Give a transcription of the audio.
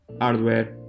hardware